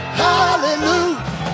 hallelujah